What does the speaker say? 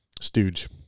Stooge